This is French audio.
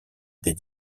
des